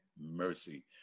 mercy